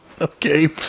Okay